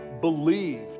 believed